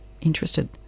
interested